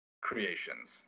creations